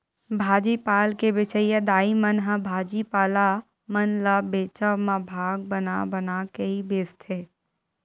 भाजी पाल के बेंचइया दाई मन ह भाजी पाला मन ल बेंचब म भाग बना बना के ही बेंचथे